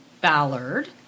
Ballard